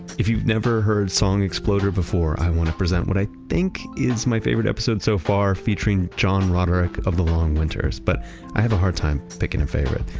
if you've never heard song exploder before, i want to present what i think is my favorite episode so far featuring john roderick of the long winters, but i have a hard time picking a favorite.